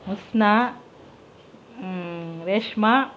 Osna Reshma